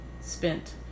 spent